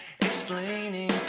Explaining